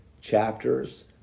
chapters